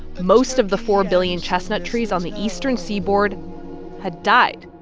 most of the four billion chestnut trees on the eastern seaboard had died.